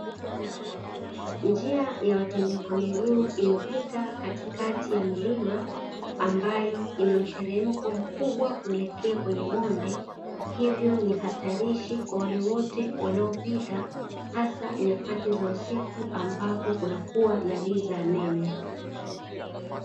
Njia ya watembea kwa miguu imepita katikati ya milima ambayo ina mteremko mkubwa kuelekea kwenye bonde. Hivyo ni hatarishi kwa wale wote wanaopita, hasa nyakati za usiku ambapo kunakuwa na giza nene.